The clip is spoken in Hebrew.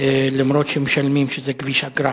אף-על-פי שמשלמים ושזה כביש אגרה.